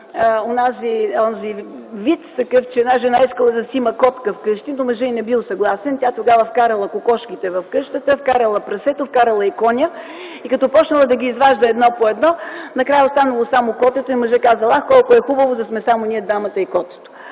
виц – една жена искала да си има котка вкъщи, но мъжът й не бил съгласен. Тогава тя вкарала кокошките в къщата, вкарала прасето, вкарала и коня и когато започнала да ги изважда едно по едно и накрая останало само котето, мъжът казал: „Ах, колко е хубаво да сме само ние двамата и котето.”.